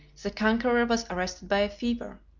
the conqueror was arrested by a fever.